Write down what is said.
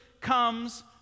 comes